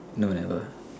no never